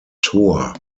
thor